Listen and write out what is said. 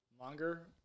longer